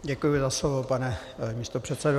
Děkuji za slovo, pane místopředsedo.